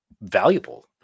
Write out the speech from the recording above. valuable